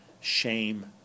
shame